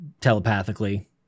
telepathically